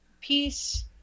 peace